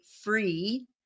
free